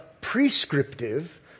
prescriptive